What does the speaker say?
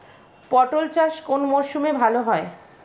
পটল চাষ কোন মরশুমে ভাল হয়?